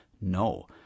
no